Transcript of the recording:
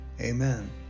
Amen